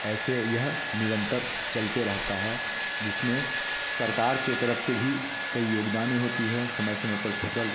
ऐसे यह निरंतर चलते रहता है जिसमें सरकार के तरफ से भी कई योगदान होती हैं समय समय पर फसल